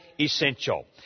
essential